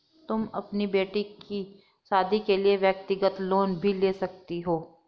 तुम अपनी बेटी की शादी के लिए व्यक्तिगत लोन भी ले सकती हो